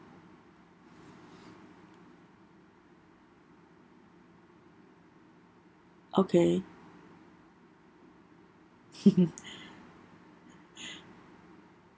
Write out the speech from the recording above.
okay